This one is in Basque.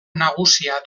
nagusia